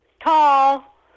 Tall